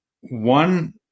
one